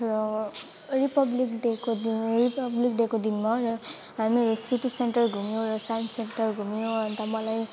र रिपब्लिक डेको दिन रिपब्लिक डेको दिनमा र हामीहरू सिटी सेन्टर घुम्यौँ र साइन्स सेन्टर घुम्यौँ अन्त मलाई